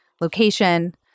location